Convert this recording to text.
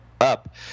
up